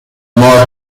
more